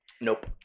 Nope